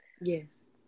Yes